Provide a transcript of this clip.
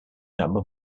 number